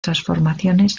transformaciones